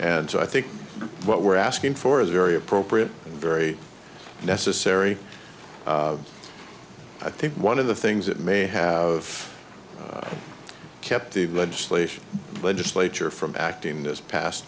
so i think what we're asking for is a very appropriate very necessary i think one of the things that may have kept the legislation legislature from acting this past